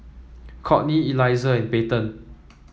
Kourtney Eliezer and Payten